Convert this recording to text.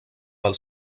pel